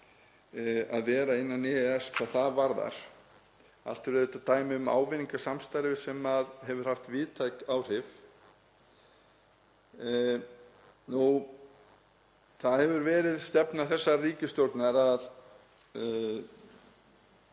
að vera innan EES hvað það varðar. Allt eru þetta dæmi um ávinning af samstarfi sem hefur haft víðtæk áhrif. Það hefur verið stefna þessarar ríkisstjórnar að